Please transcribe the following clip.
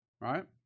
right